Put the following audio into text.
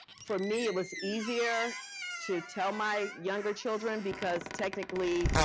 for me, it was easier to tell my younger children because, technically,